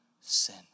sin